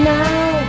now